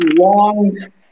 long